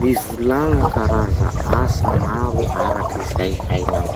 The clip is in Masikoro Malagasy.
Mivolagna karaza asa maro araky zay hainao.